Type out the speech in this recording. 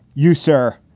you, sir,